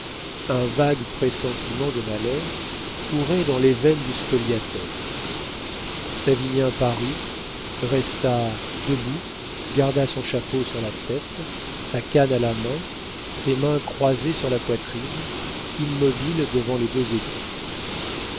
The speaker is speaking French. un vague pressentiment de malheur courait dans les veines du spoliateur savinien parut resta debout garda son chapeau sur sa tête sa canne à la main ses mains croisées sur la poitrine immobile devant les deux époux